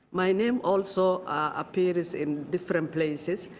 my name also appears in different places,